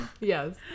Yes